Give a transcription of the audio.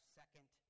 second